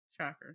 Shocker